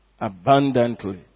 abundantly